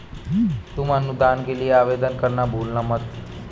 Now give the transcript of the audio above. तुम अनुदान के लिए आवेदन करना भूलना मत